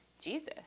Jesus